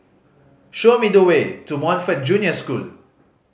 show me the way to Montfort Junior School